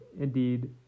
indeed